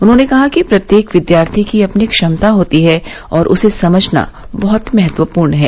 उन्होंने कहा कि प्रत्येक विद्यार्थी की अपनी क्षमता होती है और उसे समझना बहत महत्वपूर्ण है